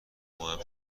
ماهم